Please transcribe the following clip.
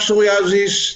את כמות חולי הפסוריאזיס,